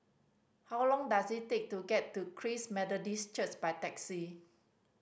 how long does it take to get to Christ Methodist Church by taxi